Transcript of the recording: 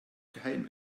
geheim